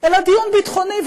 אלא דיון ביטחוני.